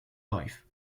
life